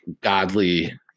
godly